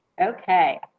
Okay